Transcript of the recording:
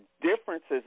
differences